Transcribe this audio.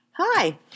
Hi